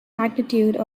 magnitude